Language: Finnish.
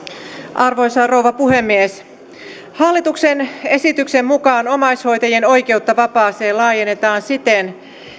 arvoisa rouva puhemies hallituksen esityksen mukaan omaishoitajien oikeutta vapaaseen laajennetaan siten